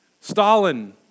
Stalin